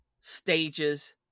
stages